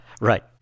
right